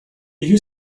you